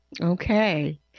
Okay